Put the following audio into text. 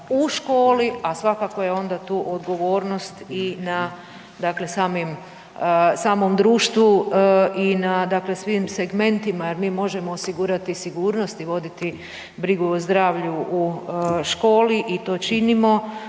u školi a svakako je onda tu odgovornost i na dakle samom društvu i na dakle svim segmentima jer mi možemo osigurati sigurnosti i voditi brigu o zdravlju u školi i to činimo,